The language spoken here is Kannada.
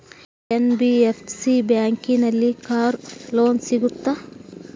ಎನ್.ಬಿ.ಎಫ್.ಸಿ ಬ್ಯಾಂಕಿನಲ್ಲಿ ಕಾರ್ ಲೋನ್ ಸಿಗುತ್ತಾ?